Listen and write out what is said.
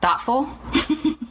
thoughtful